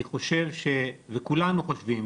אני חושב וכולנו חושבים,